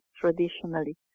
traditionally